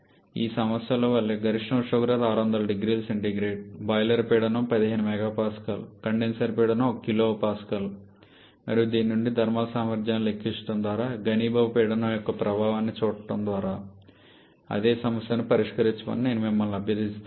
ఈ సమస్యలో వలె గరిష్ట ఉష్ణోగ్రత 6000C బాయిలర్ పీడనం 15 MPa మరియు కండెన్సర్ పీడనం 1 kPa మరియు దీని నుండి థర్మల్ సామర్థ్యాన్ని లెక్కించడం ద్వారా ఘనీభవన పీడనం యొక్క ప్రభావాన్ని చూడటం ద్వారా అదే సమస్యను పరిష్కరించమని నేను మిమ్మల్ని అభ్యర్థిస్తున్నాను